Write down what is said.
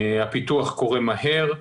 הפיתוח קורה מהר.